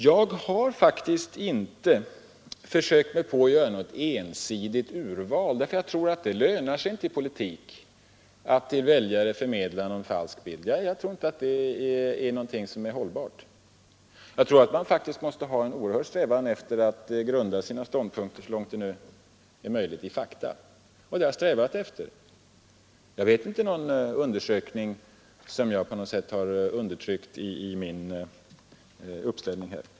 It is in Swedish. Jag har faktiskt inte försökt mig på att göra något ensidigt urval därför att jag tror inte det lönar sig i politiken att till väljare förmedla någon falsk bild. Jag tror inte det är en metod som är hållbar. Man måste faktiskt ha en oerhört stark strävan efter att grunda sina ståndpunkter på fakta så långt det nu är möjligt. Det har jag strävat efter. Jag vet inte någon undersökning som jag på något sätt har undertryckt i min uppställning här.